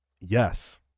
Yes